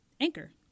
Anchor